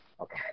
Okay